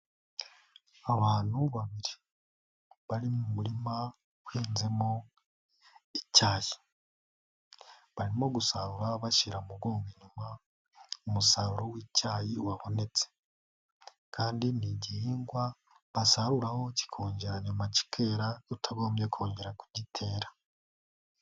Abantu babiri bari mu murima uhinzemo icyayi. Barimo gusarura bashyira mugongo inyuma umusaruro w'icyayi wabonetse. Kandi ni igihingwa basaruraho kikongera myuma kikera utagombye kongera kugitera.